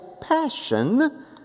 passion